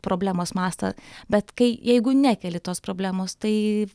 problemos mastą bet kai jeigu nekeli tos problemos tai